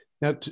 Now